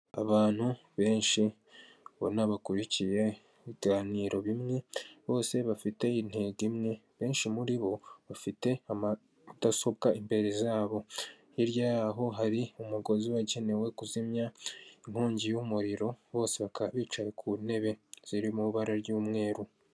Abantu benshi ubona bakurikiye ibiganiro bimwe, bose bafite intego imwe. Benshi muri bo bafite mudasobwa imbere zabo, hirya yaho hari umugozi wagenewe kuzimya inkongi y'umuriro bose bakaba bicaye ku ntebe, ziri mu ibara ry'umweru